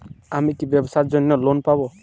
আমি কি ব্যবসার জন্য লোন পাব?